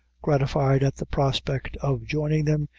gratified at the prospect of joining them,